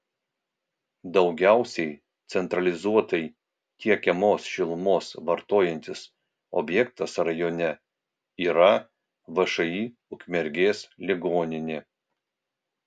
daugiausiai centralizuotai tiekiamos šilumos vartojantis objektas rajone yra všį ukmergės ligoninė